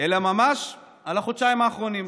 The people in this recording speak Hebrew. אלא ממש על החודשיים האחרונים.